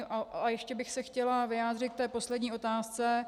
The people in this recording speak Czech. A ještě bych se chtěla vyjádřit k té poslední otázce.